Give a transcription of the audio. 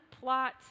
plot